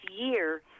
year